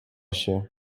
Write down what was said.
się